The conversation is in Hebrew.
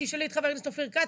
תשאלי את חבר הכנסת אופיר כץ,